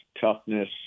toughness